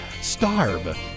starve